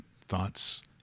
Thoughts